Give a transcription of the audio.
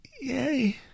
Yay